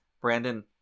Brandon